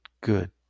good